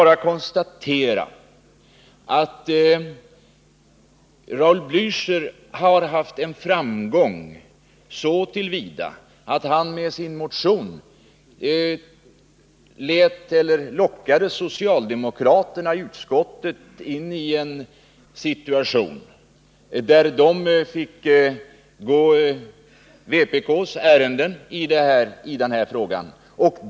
Raul Blächer har haft en framgång så till vida att han med sin motion lockat socialdemokraterna i utskottet in i en situation som innebar att de fick gå vpk:s ärenden i den här frågan.